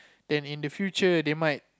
then in the future they might